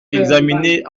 examiné